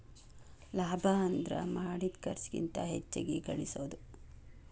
ಲಾಭ ಅಂದ್ರ ಮಾಡಿದ್ ಖರ್ಚಿಗಿಂತ ಹೆಚ್ಚಿಗಿ ಗಳಸೋದು